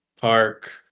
park